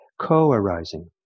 co-arising